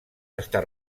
estar